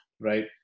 right